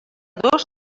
dos